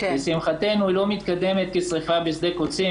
לשמחתנו היא לא מתקדמת כשריפה בשדה קוצים,